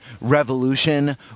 revolution